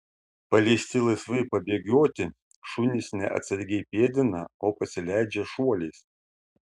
paleisti laisvai pabėgioti šunys ne atsargiai pėdina o pasileidžia šuoliais